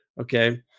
Okay